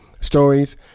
stories